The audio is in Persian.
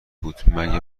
بود، مگه